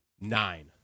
Nine